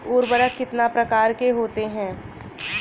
उर्वरक कितनी प्रकार के होते हैं?